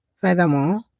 Furthermore